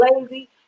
lazy